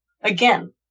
again